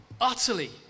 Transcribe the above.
utterly